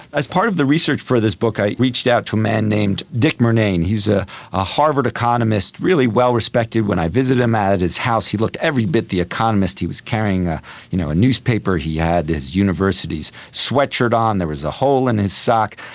as part of the research for this book i reached out to a man named dick murnane, he is a a harvard economist, really well respected. when i visited him at at his house he looked every bit the economist, he was carrying a you know a newspaper, he had his university's sweatshirt on, there was a hole in his sock.